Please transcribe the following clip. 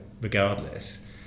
regardless